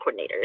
coordinators